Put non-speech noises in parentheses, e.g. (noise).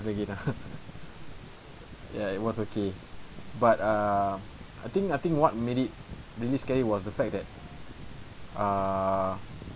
again ah (laughs) ya it was okay but err I think I think what made it really scary was the fact that err